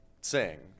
sing